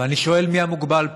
ואני שואל: מי המוגבל פה?